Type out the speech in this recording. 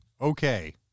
okay